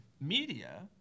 media